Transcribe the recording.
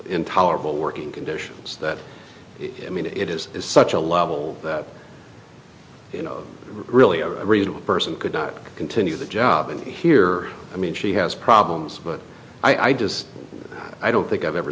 intolerable working conditions that i mean it is it's such a level that you know really a reasonable person could not continue the job and here i mean she has problems but i just i don't think i've ever